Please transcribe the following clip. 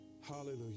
Hallelujah